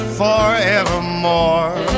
forevermore